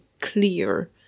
clear